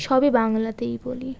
সবই বাংলাতেই বলি